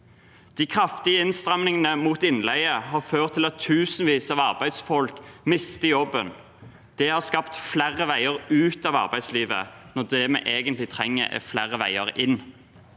De kraftige innstrammingene mot innleie har ført til at tusenvis av arbeidsfolk mister jobben. Det har skapt flere veier ut av arbeidslivet, når det vi egentlig trenger, er flere veier inn.